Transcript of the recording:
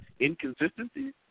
inconsistencies